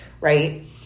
Right